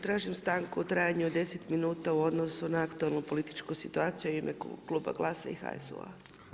Tražim stanku u trajanju od 10 minuta u odnosu na aktualnu političku situaciju u ime kluba GLAS-a u HSU-a.